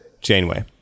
Janeway